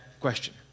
question